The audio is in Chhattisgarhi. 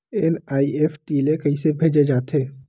एन.ई.एफ.टी ले कइसे भेजे जाथे?